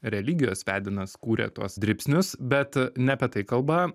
religijos vedinas kūrė tuos dribsnius bet ne apie tai kalba